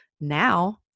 Now